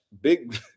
big